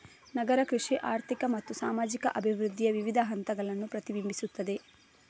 ನಗರ ಕೃಷಿ ಆರ್ಥಿಕ ಮತ್ತು ಸಾಮಾಜಿಕ ಅಭಿವೃದ್ಧಿಯ ವಿವಿಧ ಹಂತಗಳನ್ನು ಪ್ರತಿಬಿಂಬಿಸುತ್ತದೆ